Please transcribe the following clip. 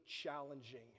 challenging